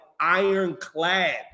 ironclad